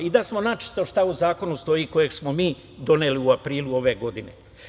I da budemo načisto šta u zakonu stoji, kojeg smo mi doneli u aprilu ove godine.